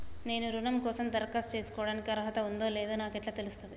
నేను రుణం కోసం దరఖాస్తు చేసుకోవడానికి అర్హత ఉందో లేదో నాకు ఎట్లా తెలుస్తది?